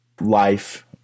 life